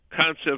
concepts